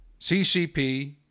CCP